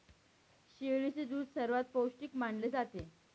शेळीचे दूध सर्वात पौष्टिक मानले जाते